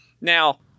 Now